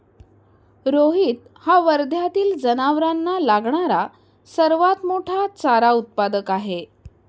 रोहित हा वर्ध्यातील जनावरांना लागणारा सर्वात मोठा चारा उत्पादक आहे